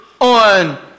on